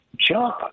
job